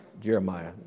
Jeremiah